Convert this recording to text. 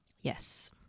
Yes